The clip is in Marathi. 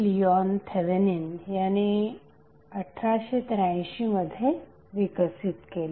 लिऑन थेवेनिन यांनी 1883 मध्ये विकसित केली